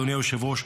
אדוני היושב-ראש,